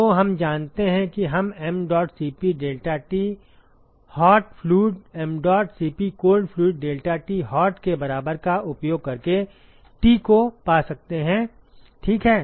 तो हम जानते हैं कि हम m dot CP delta T hot fluid m dot CP cold fluid delta T hot के बराबर का उपयोग करके टी को पा सकते हैं ठीक है